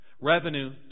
Revenue